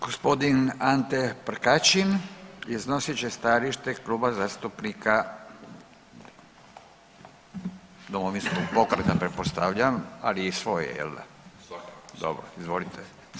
Gospodin Ante Prkačin iznosit će stajalište Kluba zastupnika Domovinskog pokreta pretpostavljam, ali i svoje jel da [[Upadica: Svakako.]] dobro, izvolite.